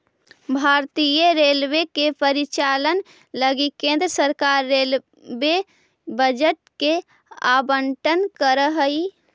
भारतीय रेलवे के परिचालन लगी केंद्र सरकार रेलवे बजट के आवंटन करऽ हई